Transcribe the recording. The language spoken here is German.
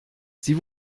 sie